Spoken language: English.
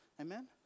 amen